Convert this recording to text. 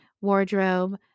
wardrobe